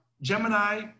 Gemini